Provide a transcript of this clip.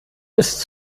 ist